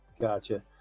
Gotcha